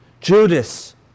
Judas